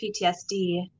PTSD